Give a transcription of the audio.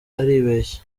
aribeshya